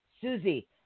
Susie